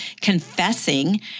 confessing